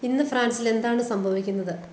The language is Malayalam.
ഇന്ന് ഫ്രാൻസിൽ എന്താണ് സംഭവിക്കുന്നത്